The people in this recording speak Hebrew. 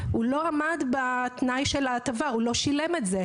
הוא לא עמד בתנאי ההטבה; הוא לא שילם את זה.